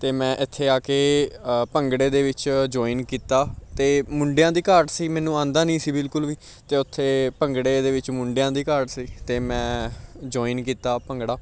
ਅਤੇ ਮੈਂ ਇੱਥੇ ਆ ਕੇ ਭੰਗੜੇ ਦੇ ਵਿੱਚ ਜੁਆਇਨ ਕੀਤਾ ਅਤੇ ਮੁੰਡਿਆਂ ਦੀ ਘਾਟ ਸੀ ਮੈਨੂੰ ਆਉਂਦਾ ਨਹੀਂ ਸੀ ਬਿਲਕੁਲ ਵੀ ਅਤੇ ਉੱਥੇ ਭੰਗੜੇ ਦੇ ਵਿੱਚ ਮੁੰਡਿਆਂ ਦੀ ਘਾਟ ਸੀ ਅਤੇ ਮੈਂ ਜੁਆਇਨ ਕੀਤਾ ਭੰਗੜਾ